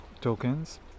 tokens